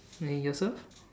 and yourself